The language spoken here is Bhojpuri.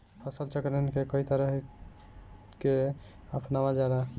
फसल चक्र के कयी तरह के अपनावल जाला?